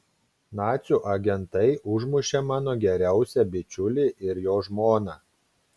nacių agentai užmušė mano geriausią bičiulį ir jo žmoną